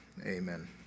Amen